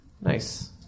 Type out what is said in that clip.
Nice